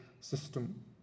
system